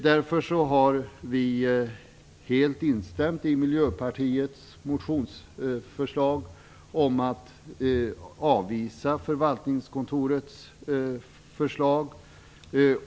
Därför instämmer vi helt i Miljöpartiets motionsförslag om att man skall avvisa förvaltningskontorets förslag.